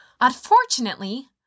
Unfortunately